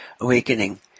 awakening